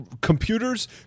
Computers